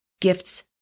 gifts